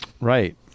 Right